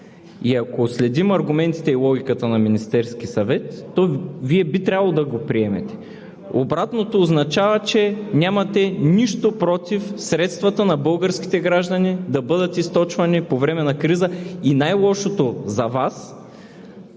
И ако следим логиката на Министерския съвет, Вие би трябвало да го приемете. Обратното означава, че нямате нищо против средствата на българските граждани да бъдат източвани по време на криза, и най-лошото за Вас